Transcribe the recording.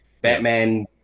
Batman